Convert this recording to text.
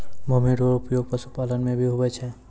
भूमि रो उपयोग पशुपालन मे भी हुवै छै